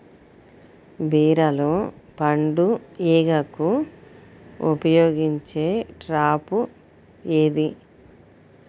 బీరలో పండు ఈగకు ఉపయోగించే ట్రాప్ ఏది?